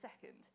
second